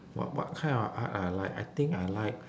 what what kind of art I like I think I like